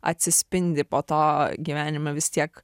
atsispindi po to gyvenime vis tiek